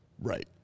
Right